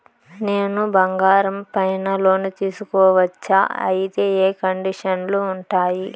నేను బంగారం పైన లోను తీసుకోవచ్చా? అయితే ఏ కండిషన్లు ఉంటాయి?